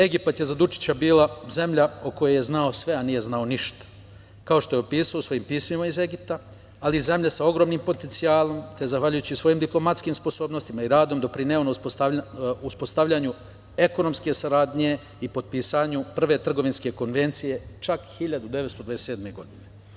Egipat je za Dučića bila zemlja o kojoj je znao sve, a nije znao ništa, kao što je opisao u svojim pismima iz Egipta, ali i zemlja sa ogromnim potencijalom, te zahvaljujući svojim diplomatskim sposobnostima i radom doprineo na uspostavljanju ekonomske saradnje i potpisivanju Prve trgovinske konvencije, čak 1927. godine.